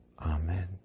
Amen